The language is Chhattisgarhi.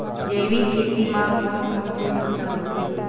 जैविक खेती म कोन कोन से फसल होथे?